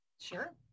sure